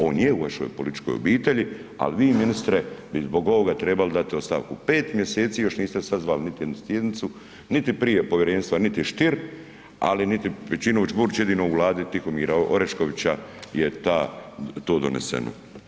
On je u vašoj političkoj obitelji, ali vi ministre bi zbog ovoga treba dati ostavku, pet mjeseci još niste sazvali niti jednu sjednicu, niti prije povjerenstva, niti Stier, ali niti Pejčinović Burić, jedino u Vladi Tihomira Oreškovića je to doneseno.